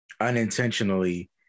unintentionally